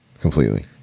completely